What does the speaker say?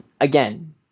again